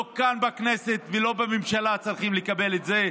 לא כאן בכנסת ולא בממשלה צריכים לקבל את זה,